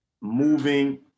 moving